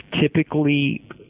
typically